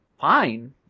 fine